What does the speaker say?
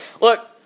Look